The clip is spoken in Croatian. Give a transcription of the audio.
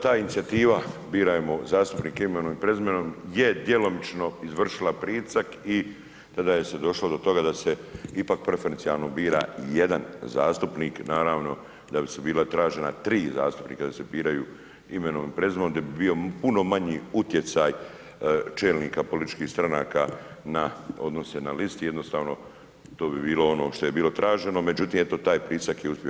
Da, ta inicijativa Birajmo zastupnike imenom i prezimenom je djelomično izvršila pritisak i tada je se došlo do toga da se ipak preferencijalno bira jedan zastupnik, naravno da su bila tražena tri zastupnika da se biraju imenom i prezimenom di bi bio puno manji utjecaj čelnika političkih stranaka na odnose na listi, jednostavno to bi bilo ono što je bilo traženo, međutim eto taj pritisak je uspio.